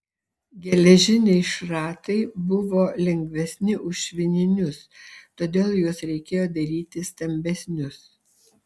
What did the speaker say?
geležiniai šratai buvo lengvesni už švininius todėl juos reikėjo daryti stambesnius